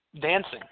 dancing